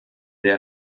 der